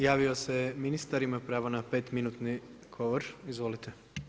Javio se ministar, ima pravo na pet minutni govor, izvolite.